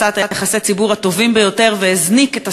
היא עשתה את יחסי הציבור הטובים ביותר והזניקה את